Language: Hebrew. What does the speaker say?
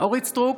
אורית מלכה סטרוק,